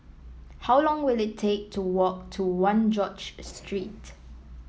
how long will it take to walk to One George Street